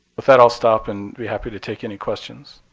with that, i'll stop and be happy to take any questions.